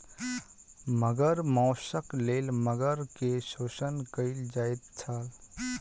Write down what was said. मगर मौसक लेल मगर के शोषण कयल जाइत छल